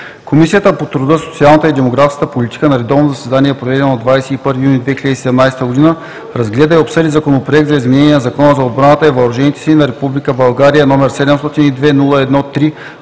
Комисията по труда, социалната и демографската политика на редовно заседание, проведено на 21 юни 2017 г., разгледа и обсъди Законопроект за изменение на Закона за отбраната и въоръжените сили на Република България, № 702-01-3,